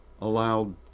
allowed